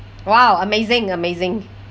!wow! amazing amazing